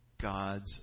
God's